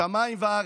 שמיים וארץ,